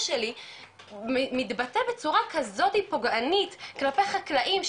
שלי מתבטא בצורה כזאת פוגענית כלפי חקלאים,